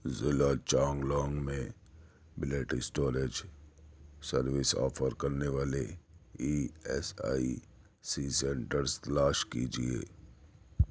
ضلع چانگلانگ میں blood storage service offer کرنے والے E S I C centres تلاش کیجیے